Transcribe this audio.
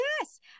Yes